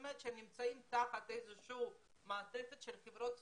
כלומר הם נמצאים תחת איזושהי מעטפת של חברת סיעוד,